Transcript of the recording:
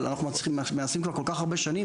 אבל אנחנו מנסים כבר כל כך הרבה שנים